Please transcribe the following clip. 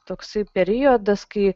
toksai periodas kai